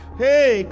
hey